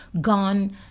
gone